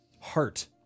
heart